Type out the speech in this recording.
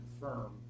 confirm